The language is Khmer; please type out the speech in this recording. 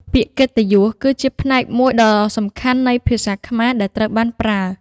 ពាក្យកិត្តិយស គឺជាផ្នែកមួយដ៏សំខាន់នៃភាសាខ្មែរដែលត្រូវបានប្រើ។